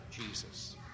Jesus